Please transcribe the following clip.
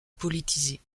politisé